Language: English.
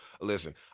listen